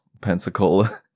Pensacola